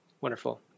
Wonderful